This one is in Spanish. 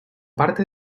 parte